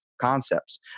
concepts